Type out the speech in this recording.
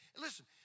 Listen